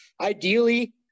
ideally